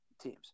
teams